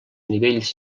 nivells